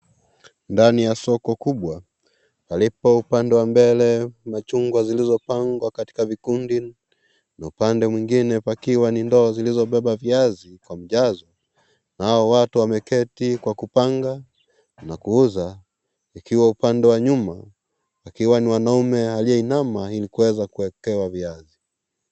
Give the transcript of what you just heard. Ndani ya soko kubwa palipo upande wa mbele chungwa zilizopangwa katika vikundi upande mwingine ukiwa ni ndoo zilizobeba viazi nao watu wameketi kwa kupanga na kuuza ikiwa upande wa nyuma ikiwa ni mwanaume aliyeinama ili kuweza kupewa viazi.